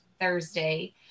Thursday